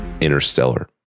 Interstellar